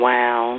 Wow